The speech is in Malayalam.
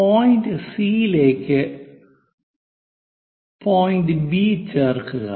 പോയിന്റ് സി യിലേക്ക് പോയിന്റ് ബി ചേർക്കുക